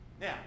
Now